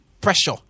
Pressure